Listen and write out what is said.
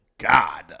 God